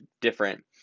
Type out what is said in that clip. different